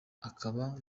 akaba